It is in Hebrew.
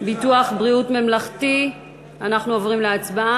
ביטוח בריאות ממלכתי (תיקון,